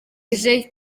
ije